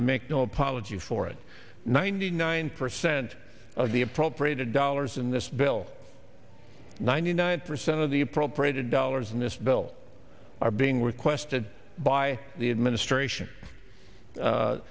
i make no apology for it ninety nine percent of the appropriated dollars in this bill ninety nine percent of the appropriated dollars in this bill are being requested by the administration